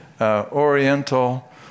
Oriental